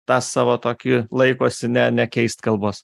tą savo tokį laikosi ne nekeist kalbos